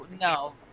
No